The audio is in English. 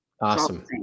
Awesome